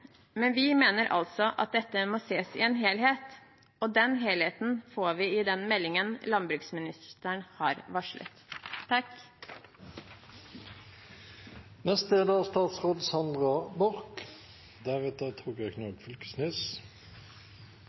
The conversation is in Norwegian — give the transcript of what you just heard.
men vi mener altså at dette må ses i en helhet, og den helheten får vi i den meldingen landbruksministeren har varslet.